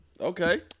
Okay